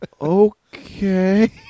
Okay